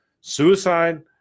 suicide